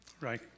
right